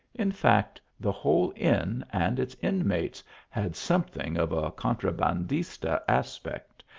in fact, the whole inn and its inmates had something of a contrabandista aspect,